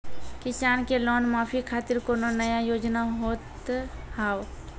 किसान के लोन माफी खातिर कोनो नया योजना होत हाव?